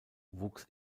wuchs